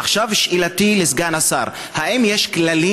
עכשיו שאלתי לסגן השר: האם יש כללים